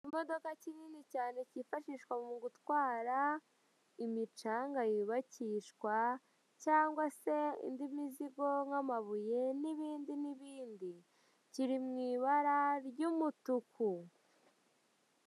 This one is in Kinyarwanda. Ikimodoka kinini cyane kifashishwa mu gutwara imicanga y'ubakishwa cyangwa se indi mizigo nk'amabuye n'ibindi n'ibindi kiri mw'ibara ry'umutuku.